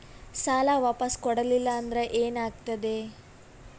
ಸಾಲ ವಾಪಸ್ ಕೊಡಲಿಲ್ಲ ಅಂದ್ರ ಏನ ಆಗ್ತದೆ?